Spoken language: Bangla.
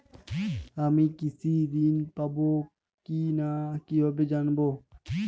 আমি কৃষি ঋণ পাবো কি না কিভাবে জানবো?